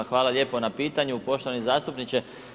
Hvala lijepo na pitanju, poštovani zastupniče.